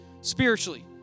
spiritually